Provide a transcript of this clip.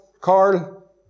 Carl